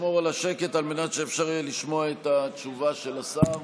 לשמור על השקט על מנת שאפשר יהיה לשמוע את התשובה של השר.